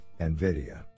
NVIDIA